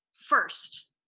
first